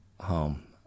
home